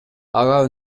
ага